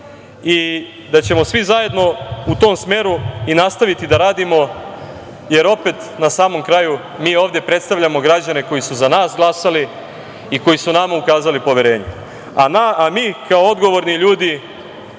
i da ćemo svi zajedno u tom smeru i nastaviti da radimo, jer opet na samom kraju, mi ovde predstavljamo građane koji su za nas glasali i koji su nama ukazali poverenje, a mi kao odgovorni ljudi